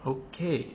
okay